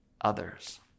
others